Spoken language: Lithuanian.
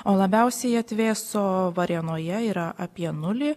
o labiausiai atvėso varėnoje yra apie nulį